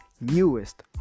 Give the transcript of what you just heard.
newest